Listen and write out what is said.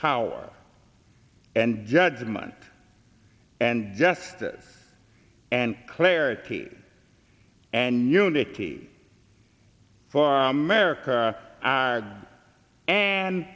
power and judgment and justice and clarity and unity for america are and